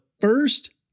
first